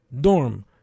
dorm